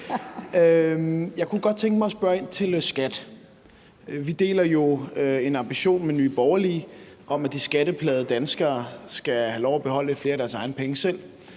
Jeg kunne godt tænke mig at spørge ind til skat. Vi deler jo en ambition med Nye Borgerlige om, at de skatteplagede danskere skal have lov at beholde lidt flere af deres egne penge,